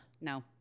No